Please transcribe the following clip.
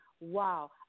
wow